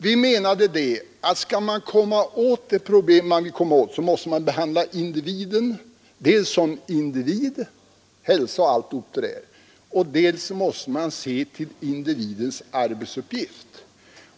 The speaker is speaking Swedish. Vi menade att skall man komma åt det problem man vill komma åt måste man dels behandla individen just som individ — hälsa och allt detta — dels se till individens arbetsuppgift.